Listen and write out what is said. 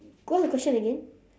what's the question again